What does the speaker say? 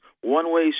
one-way